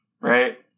Right